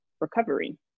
recovery